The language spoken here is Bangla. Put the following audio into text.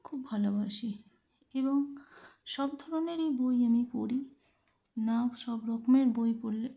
খুব ভালোবাসি এবং সব ধরনেরই বই আমি পড়ি না সব রকমের বই পড়লে